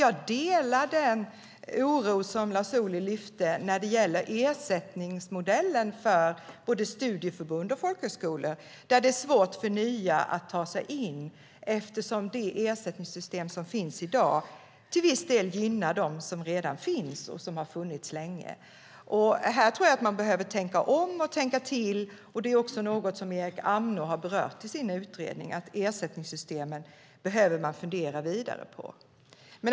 Jag delar dock Lars Ohlys oro när det gäller ersättningsmodellen för studieförbund och folkhögskolor som gör det svårt för nya att ta sig in. Det ersättningssystem som finns i dag gynnar till viss del dem som redan finns och som har funnits länge. Här tror jag att man behöver tänka om och tänka till. Det är också något som Erik Amnå har berört i sin utredning: Utredningssystemet behöver man fundera vidare på.